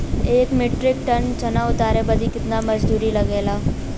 एक metric tonne चना उतारे बदे कितना मजदूरी लगे ला?